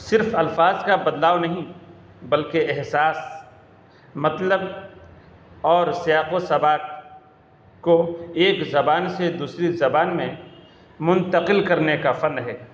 صرف الفاظ کا بدلاؤ نہیں بلکہ احساس مطلب اور سیاق و سباق کو ایک زبان سے دوسری زبان میں منتقل کرنے کا فن ہے